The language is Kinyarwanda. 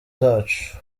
zacu